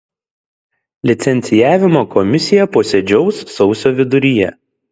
licencijavimo komisija posėdžiaus sausio viduryje